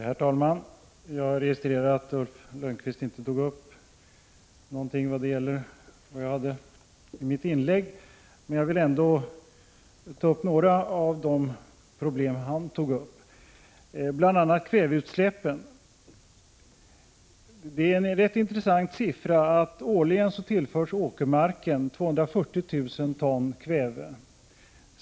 Herr talman! Jag registrerade att Ulf Lönnqvist inte berörde något av vad jag hade sagt i mitt inlägg, men jag vill ändå något kommentera de problem som han tog upp, bl.a. kväveutsläppen. Det är en rätt intressant siffra att åkermarken årligen tillförs 240 000 ton kväve.